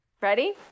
Ready